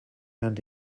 and